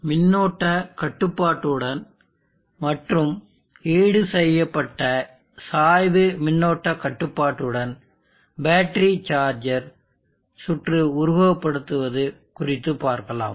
மின்னோட்ட கட்டுப்பாட்டுடன் மற்றும் ஈடுசெய்யப்பட்ட சாய்வு மின்னோட்ட கட்டுப்பாட்டுடன் பேட்டரி சார்ஜர் சுற்று உருவகப்படுத்துவது குறித்து பார்க்கலாம்